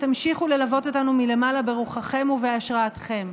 תמשיכו ללוות אותנו מלמעלה ברוחכם ובהשראתכם.